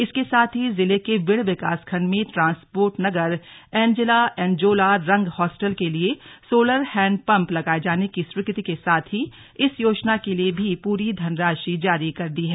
इसके साथ ही जिले के विण विकासखंड में ट्रांसपोर्ट नगर एंजेला एंजोला रंग हॉस्टल के लिए सोलर हैंड पंप लगाए जाने की स्वीकृति के साथ ही इस योजना के लिये भी पूरी धनराशि जारी कर दी गई है